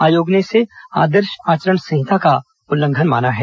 आयोग ने इसे आदर्श आचरण संहिता का उल्लंघन माना है